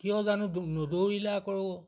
কিয় জানো নদৌৰিলে আকৌ